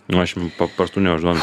nu aš paprastų neužduodu